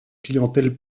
clientèle